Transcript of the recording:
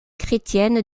chrétienne